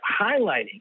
highlighting